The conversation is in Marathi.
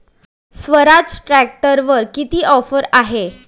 स्वराज ट्रॅक्टरवर किती ऑफर आहे?